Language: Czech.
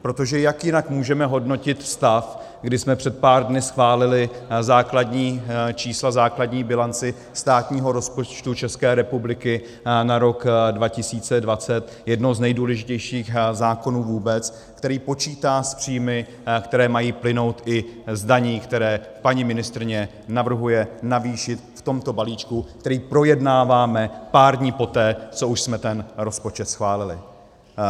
Protože jak jinak můžeme hodnotit stav, kdy jsme před pár dny schválili základní čísla, základní bilanci státního rozpočtu České republiky na rok 2020, jednoho z nejdůležitějších zákonů vůbec, který počítá s příjmy, které mají plynout i z daní, které paní ministryně navrhuje navýšit v tomto balíčku, který projednáváme pár dní poté, co už jsme ten rozpočet schválili?